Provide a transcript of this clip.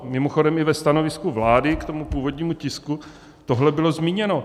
Mimochodem i ve stanovisku vlády k původnímu tisku tohle bylo zmíněno.